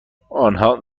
آنها